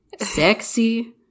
sexy